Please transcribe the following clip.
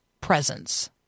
presence